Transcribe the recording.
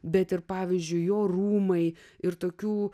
bet ir pavyzdžiui jo rūmai ir tokių